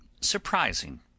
surprising